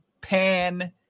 pan